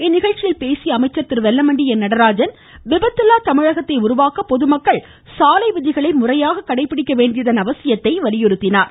இந்நிகழ்ச்சியில் பேசிய அவர் விபத்தில்லா தமிழகத்தை உருவாக்க பொதுமக்கள் சாலை விதிகளை முறையாக கடைபிடிக்க வேண்டியதன் அவசியத்தை வலியுறுத்தினார்